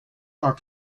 are